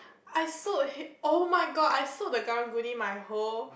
I sold him~ oh-my-god I sold the karang-guni my whole